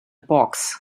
box